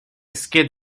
skid